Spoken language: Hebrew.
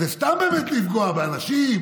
אז זה סתם באמת לפגוע באנשים,